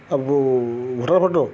ଆକୁ voter photo